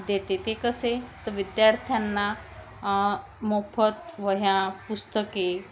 देते ते कसे तर विद्यार्थ्यांना मोफत वह्या पुस्तके